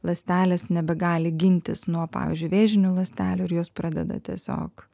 ląstelės nebegali gintis nuo pavyzdžiui vėžinių ląstelių ir jos pradeda tiesiog